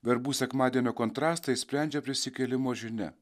verbų sekmadienio kontrastai sprendžia prisikėlimo žinia